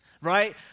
right